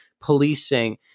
policing